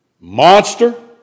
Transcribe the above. Monster